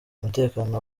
umutekano